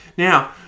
Now